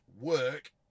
work